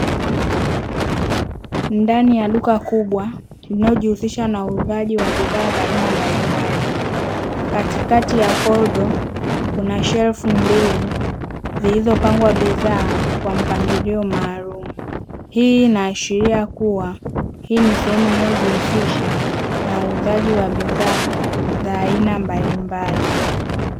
Ndani ya duka kubwa linalojihusisha na uuzaji wa bidhaa za aina mbalimbali. Katikati ya kordo kuna shelfu mbili zilizopangwa bidhaa, kwa mpangilio maalumu. Hii inaashiria kuwa hii ni sehemu inayojihusisha na uuzaji wa bidhaa za aina mbalimbali.